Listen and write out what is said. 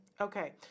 okay